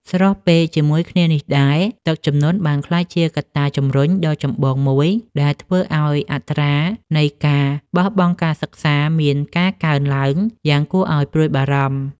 ស្របពេលជាមួយគ្នានេះដែរ ទឹកជំនន់បានក្លាយជាកត្តាជំរុញដ៏ចម្បងមួយដែលធ្វើឱ្យអត្រានៃការបោះបង់ការសិក្សាមានការកើនឡើងយ៉ាងគួរឱ្យព្រួយបារម្ភ។